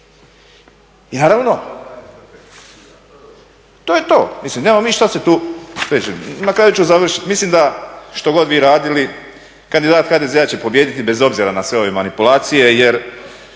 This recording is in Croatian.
Naravno to je to, mislim nemamo mi što se tu. Mislim na kraju ću završiti, mislim da što god vi radili kandidat HDZ-a će pobijediti bez obzira na sve ove manipulacije jer